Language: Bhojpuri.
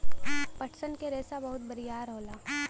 पटसन क रेसा बहुत बरियार होला